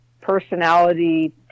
personality